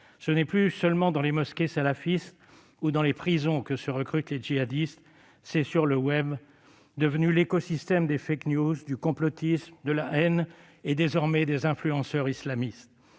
Ce n'est plus seulement dans les mosquées salafistes ou dans les prisons que se recrutent les djihadistes, c'est sur le web, devenu l'écosystème des du complotisme, de la haine et, désormais, des influenceurs islamistes.